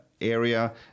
area